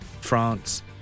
France